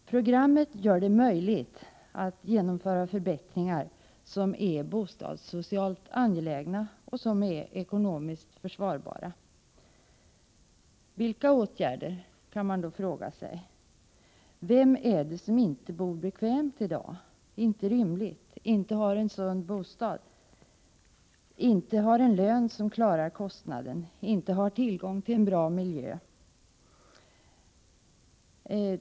Programmet gör det möjligt att genomföra bostadssocialt angelägna och ekonomiskt försvarbara bostadsförbättringar. Vilka åtgärder? kan man då fråga sig. Vem är det som inte bor bekvämt i dag, inte rymligt, inte har en sund bostad, inte har en lön som klarar kostnaden, inte har tillgång till en bra miljö?